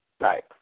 right